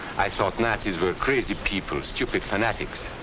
i thought nazis were crazy people stupid fanatics.